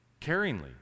caringly